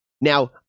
Now